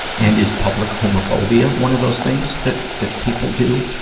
and is public homophobia one of those things that, that people do,